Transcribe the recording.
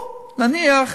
או, נניח,